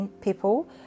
people